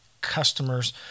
customers